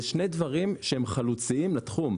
זה שני דברים שהם חלוציים לתחום.